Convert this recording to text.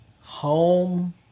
home